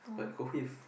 but